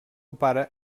pare